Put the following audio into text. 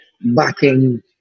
backing